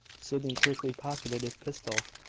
sydney quickly pocketed his pistol.